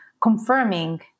confirming